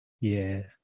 Yes